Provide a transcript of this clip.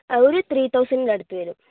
ഒരു ത്രീ തൗസന്റിന്റെ അടുത്ത് വരും